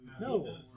No